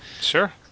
Sure